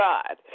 God